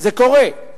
זה קורה.